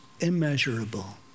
immeasurable